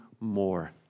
more